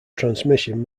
transmission